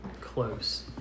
close